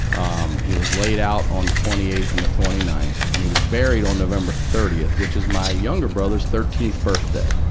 um, he was laid out on the twenty eighth and the twenty ninth, and he was buried on november thirtieth, which is my younger brother's thirteenth birthday.